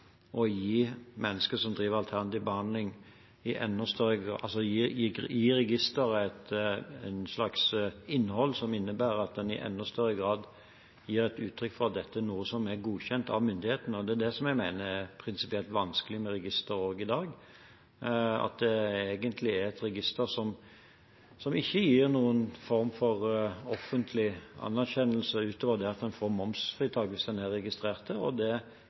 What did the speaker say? gi registeret et slags innhold som innebærer at en i enda større grad gir et uttrykk for at dette er noe som er godkjent av myndighetene. Det er det jeg mener er prinsipielt vanskelig med registeret også i dag, at det egentlig er et register som ikke gir noen form for offentlig anerkjennelse, utover det at en får momsfritak hvis en er registrert der. Det